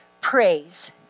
praise